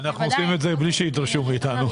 אנחנו עושים את זה בלי שידרשו מאיתנו.